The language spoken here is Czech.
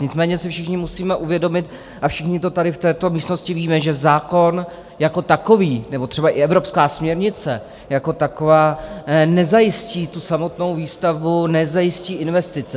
Nicméně si všichni musíme uvědomit a všichni to tady v této místnosti víme, že zákon jako takový, nebo třeba i evropská směrnice jako taková nezajistí samotnou výstavbu, nezajistí investice.